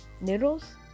noodles